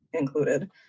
included